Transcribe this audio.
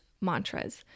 mantras